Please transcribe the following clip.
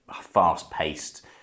fast-paced